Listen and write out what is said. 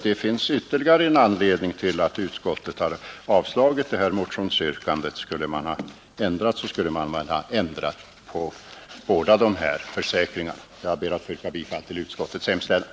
Det är ytterligare en anledning till att utskottet avstyrkt detta motionsyrkande, Om man gjort en ändring borde man ha ändrat på båda försäkringarna. Jag ber att få yrka bifall till utskottets hemställan.